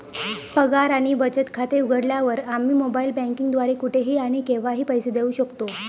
पगार आणि बचत खाते उघडल्यावर, आम्ही मोबाइल बँकिंग द्वारे कुठेही आणि केव्हाही पैसे देऊ शकतो